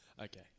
Okay